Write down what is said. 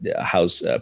house